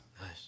Nice